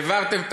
העברתם תקציב,